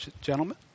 gentlemen